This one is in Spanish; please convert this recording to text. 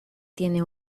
tiene